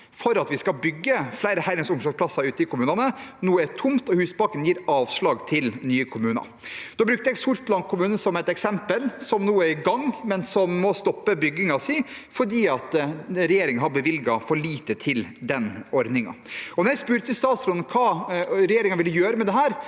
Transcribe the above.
for at vi skal bygge flere heldøgns omsorgsplasser i kommunene, er nå tomt, og Husbanken gir avslag til nye kommuner. Da brukte jeg Sortland kommune som eksempel, som nå er i gang, men som må stoppe byggingen fordi regjeringen har bevilget for lite til den ordningen. Da jeg spurte statsråden om å gi et tydelig svar på hva regjeringen ville gjøre med dette,